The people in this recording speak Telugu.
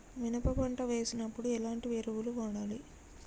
మినప పంట వేసినప్పుడు ఎలాంటి ఎరువులు వాడాలి?